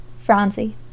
Phronsie